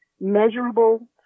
measurable